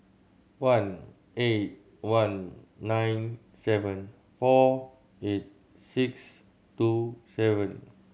one eight one nine seven four eight six two seven